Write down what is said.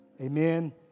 amen